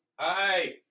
Hi